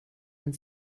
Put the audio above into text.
and